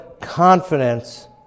confidence